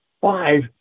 five